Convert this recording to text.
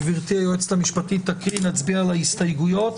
גברתי היועצת המשפטית תקריא ונצביע על ההסתייגויות